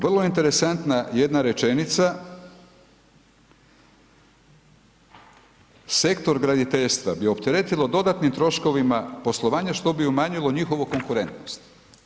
Vrlo interesantna jedna rečenica, sektor graditeljstva bi opteretilo dodatnim troškovima poslovanja što bi umanjilo njihovu konkurentnost.